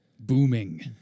Booming